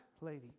lady